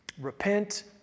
Repent